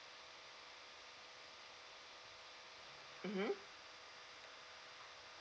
mmhmm